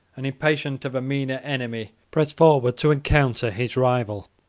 and, impatient of a meaner enemy, pressed forward to encounter his rival.